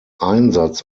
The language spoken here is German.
einsatz